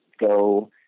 go